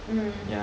mm